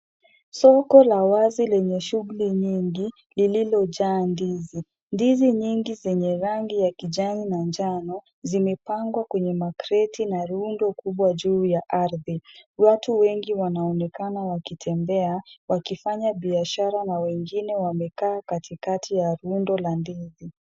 Soko la wazi lenye shughuli nyingi lililojaa ndizi. Ndizi nyingi zenye rangi ya kijani na njano zimepangwa kwenye makreti na rundo kubwa juu ya ardhi. Watu wengi wanaonekana wakitembea wakifanya biashara na wengine wamekaa katikati ya rundo la ndizi.